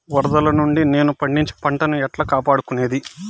వరదలు నుండి నేను పండించే పంట ను ఎట్లా కాపాడుకునేది?